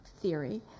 theory